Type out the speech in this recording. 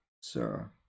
sir